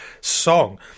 song